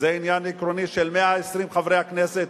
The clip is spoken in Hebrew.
זה עניין עקרוני של 120 חברי הכנסת,